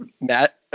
matt